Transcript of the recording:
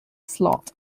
slot